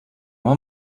man